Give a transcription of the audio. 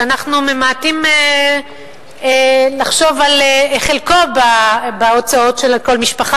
שאנחנו ממעטים לחשוב על חלקו בהוצאות של כל משפחה,